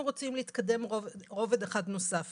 אנחנו רוצים להתקדם רובד אחד נוסף